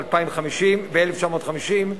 ב-1950.